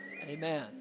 Amen